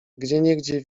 gdzieniegdzie